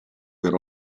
per